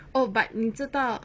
oh but 你知道